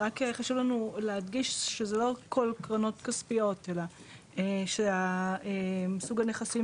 רק חשוב לנו להדגיש שזה לא כל הקרנות הכספיות אלא שסוג הנכסים